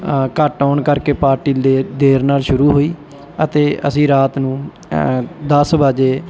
ਘੱਟ ਆਉਣ ਕਰਕੇ ਪਾਰਟੀ ਲੇ ਦੇਰ ਨਾਲ ਸ਼ੁਰੂ ਹੋਈ ਅਤੇ ਅਸੀਂ ਰਾਤ ਨੂੰ ਐ ਦਸ ਵਜੇ